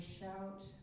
shout